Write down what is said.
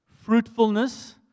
fruitfulness